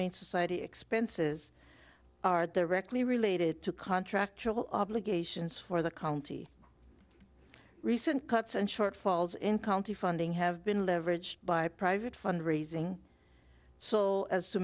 man society expenses are directly related to contract obligations for the county recent cuts and shortfalls in county funding have been leverage by private fund raising so as